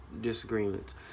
disagreements